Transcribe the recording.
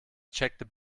checkt